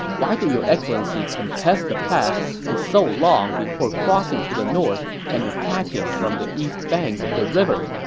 why did your excellency contest the pass for so long before crossing to the north and attacking from the east bank of the river?